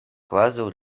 kvazaŭ